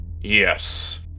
yes